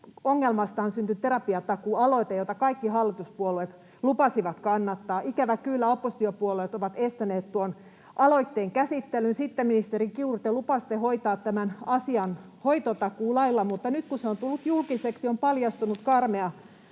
ongelmasta on syntynyt Terapiatakuu-aloite, jota kaikki hallituspuolueet lupasivat kannattaa. Ikävä kyllä hallituspuolueet ovat estäneet tuon aloitteen käsittelyn. Sitten, ministeri Kiuru, te lupasitte hoitaa tämän asian hoitotakuulailla, mutta nyt, kun se on tullut julkiseksi, on paljastunut karmea